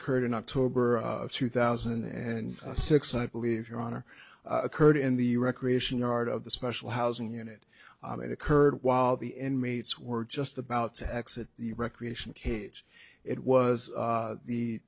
occurred in october of two thousand and six i believe your honor occurred in the recreation yard of the special housing unit that occurred while the end mates were just about to hex at the recreation cage it was